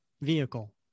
vehicle